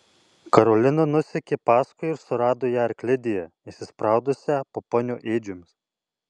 karolina nusekė paskui ir surado ją arklidėje įsispraudusią po ponio ėdžiomis